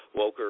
woker